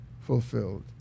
fulfilled